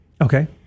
Okay